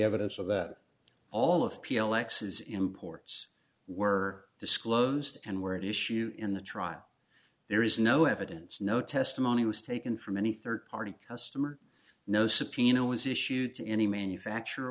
evidence of that all of p l x is imports were disclosed and where it is shoe in the trial there is no evidence no testimony was taken from any third party customer no subpoena was issued to any manufacture